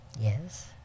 Yes